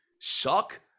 suck